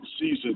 season